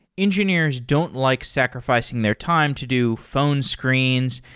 engineers don't like sacrifi cing their time to do phone screens,